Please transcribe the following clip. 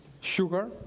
sugar